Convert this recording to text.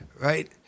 right